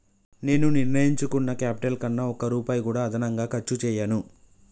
నేను నిర్ణయించుకున్న క్యాపిటల్ కన్నా ఒక్క రూపాయి కూడా అదనంగా ఖర్చు చేయను